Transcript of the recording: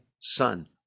son